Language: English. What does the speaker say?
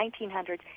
1900s